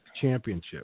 Championship